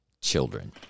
children